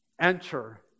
enter